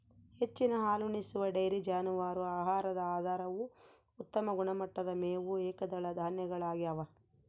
ಹೆಚ್ಚಿನ ಹಾಲುಣಿಸುವ ಡೈರಿ ಜಾನುವಾರು ಆಹಾರದ ಆಧಾರವು ಉತ್ತಮ ಗುಣಮಟ್ಟದ ಮೇವು ಏಕದಳ ಧಾನ್ಯಗಳಗ್ಯವ